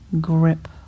grip